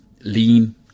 lean